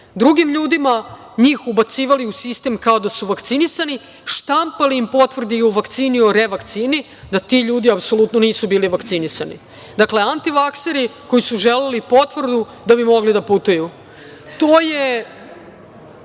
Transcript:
drugim ljudima njih ubacivali u sistem vakcinisanih, štampali im potvrde i o vakcini i revakcini, da ti ljudi apsolutno nisu bili vakcinisani. Dakle, antivakseri su želeli potvrdu da bi mogli da putuju. To je